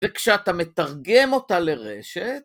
‫וכשאתה מתרגם אותה לרשת...